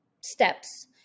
steps